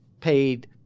paid